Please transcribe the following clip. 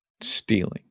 stealing